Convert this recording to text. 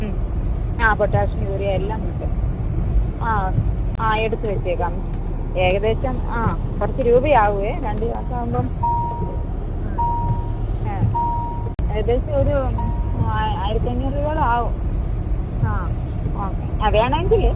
മ്മ് ആ potassium urea എല്ലാം കിട്ടും ആ ആ എടുത്ത് വെച്ചേക്കാം ഏകദേശം ആ കുറച്ച് രൂപയാവുവേ രണ്ട് ചാക്കാവുമ്പം കുറച്ച് ആ ഏഹ് ഏകദേശം ഒരു ആ ആയിരത്തഞ്ഞൂറ് രൂപയോളം ആവും ആ ഓക്കെ ആ വേണമെങ്കിൽ